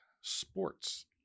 sports